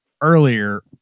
earlier